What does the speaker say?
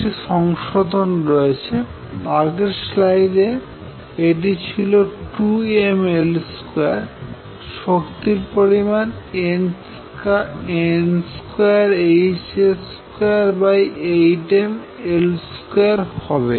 একটি সংশোধন রয়েছে আগের স্লাইডে এটি ছিল2mL2 শক্তির পরিমাণn2h28mL2 হবে